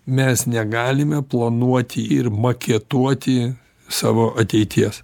mes negalime planuoti ir maketuoti savo ateities